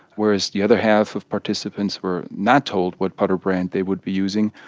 whereas the other half of participants were not told what putter brand they would be using.